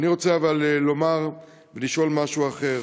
אני רוצה לומר ולשאול משהו אחר.